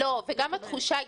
אנחנו כן מתכוונים להחמיר.